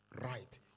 Right